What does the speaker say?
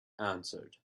answered